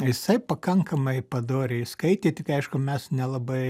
jisai pakankamai padoriai skaitė tik aišku mes nelabai